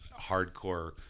hardcore